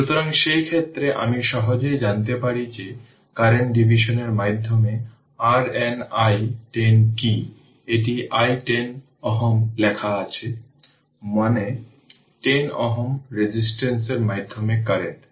সুতরাং আমি আসলে ইনিশিয়াল কারেন্ট I0 থেকে পরিবর্তিত হয় যা I0 থেকে কিছু সময়ে t i t তাই di i এটি 0 এ t 0 থেকে t t R L dt পর্যন্ত